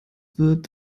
wird